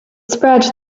spread